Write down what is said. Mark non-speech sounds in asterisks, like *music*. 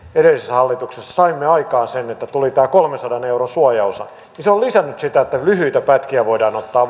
hallituksessa saimme aikaan sen että tuli tämä kolmensadan euron suojaosa niin se on lisännyt sitä että lyhyitä pätkiä voidaan ottaa *unintelligible*